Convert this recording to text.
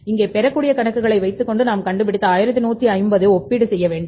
இங்கே பெறக்கூடிய கணக்குகளை வைத்துக்கொண்டு நாம் கண்டுபிடித்த 1150 ஒப்பீடு செய்ய வேண்டும்